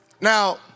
Now